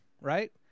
right